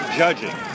judging